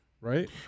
right